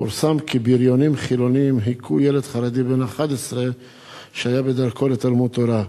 פורסם כי "בריונים חילונים הכו ילד חרדי בן 11 שהיה בדרכו לתלמוד-תורה".